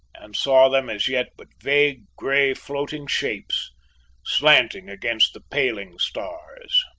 and saw them as yet but vague grey floating shapes slanting against the paling stars.